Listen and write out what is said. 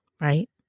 Right